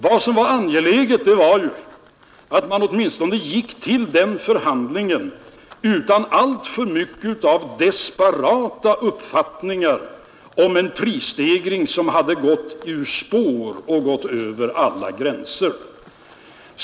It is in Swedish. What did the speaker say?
Vad som var angeläget var att man åtminstone gick till den förhandlingen utan alltför mycket av desperata uppfattningar om en prisstegring som spårat ur och gått över alla gränser.